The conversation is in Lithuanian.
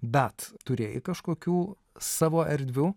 bet turėjai kažkokių savo erdvių